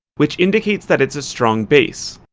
which indicates that it's a strong base.